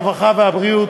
הרווחה והבריאות,